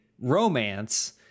romance